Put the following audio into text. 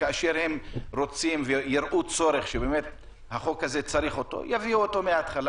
וכאשר הם יראו צורך שבאמת צריך את החוק הזה,